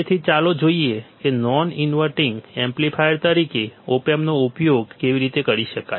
તેથી ચાલો જોઈએ કે નોન ઇન્વર્ટીંગ એમ્પ્લીફાયર તરીકે ઓપ એમ્પનો ઉપયોગ કેવી રીતે કરી શકાય